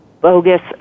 bogus